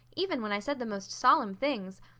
even when i said the most solemn things.